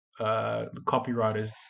copywriters